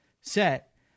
set